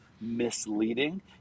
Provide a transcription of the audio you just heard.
misleading